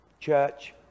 church